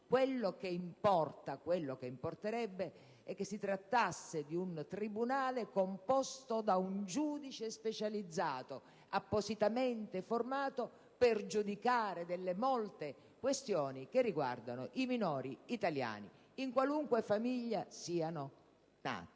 specializzati, quello che importerebbe è che si tratti di un tribunale composto da un giudice specializzato, appositamente formato per giudicare delle molte questioni che riguardano i minori italiani, in qualunque famiglia siano nati: